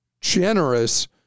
generous